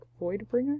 Voidbringer